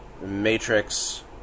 matrix